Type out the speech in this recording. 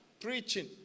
preaching